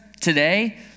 today